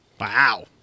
Wow